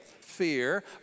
fear